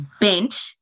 bent